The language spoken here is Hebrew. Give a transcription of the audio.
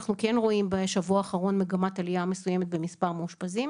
אנחנו כן רואים בשבוע אחרון מגמת עלייה מסוימת במספר מאושפזים.